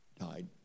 died